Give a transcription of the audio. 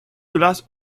glass